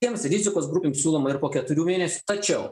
tiems rizikos grupėm siūloma ir po keturių mėnesių tačiau